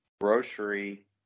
Grocery